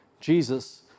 Jesus